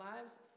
lives